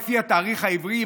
לפי התאריך העברי,